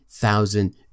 thousand